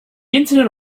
internet